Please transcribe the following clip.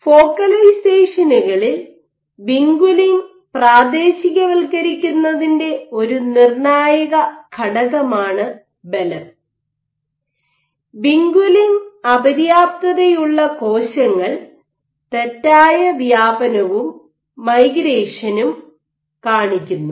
ഫോക്കലൈസേഷനുകളിൽ vinculin പ്രാദേശികവൽക്കരിക്കുന്നതിന്റെ ഒരു നിർണ്ണായക ഘടകമാണ് ബലം വിൻകുലിൻ അപര്യാപ്തതയുള്ള കോശങ്ങൾ തെറ്റായ വ്യാപനവും മൈഗ്രേഷനും കാണിക്കുന്നു